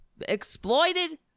exploited